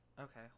Okay